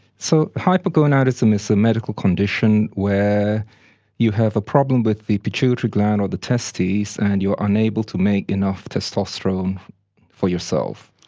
so hypogonadism is a medical condition where you have a problem with the pituitary gland or the testes and you are unable to make enough testosterone for yourself.